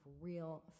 real